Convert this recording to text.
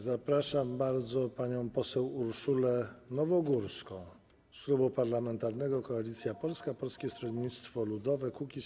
Zapraszam panią poseł Urszulę Nowogórską z Klubu Parlamentarnego Koalicja Polska - Polskie Stronnictwo Ludowe - Kukiz15.